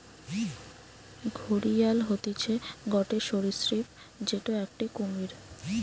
ঘড়িয়াল হতিছে গটে সরীসৃপ যেটো একটি কুমির